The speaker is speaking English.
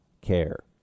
care